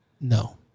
no